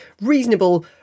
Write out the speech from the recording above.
reasonable